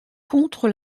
contre